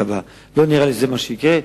לא נראה לי שזה מה שיקרה.